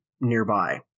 nearby